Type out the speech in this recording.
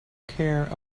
care